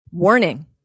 Warning